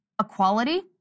equality